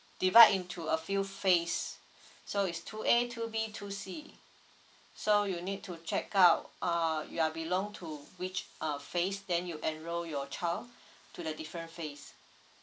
divide into a few phase so is two A two B two C so you need to check out err you are belong to which uh phase then you enroll your child to the different phase